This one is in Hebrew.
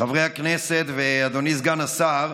חברי הכנסת ואדוני סגן השר,